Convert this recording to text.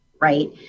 right